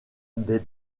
des